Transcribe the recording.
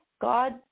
God